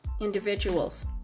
individuals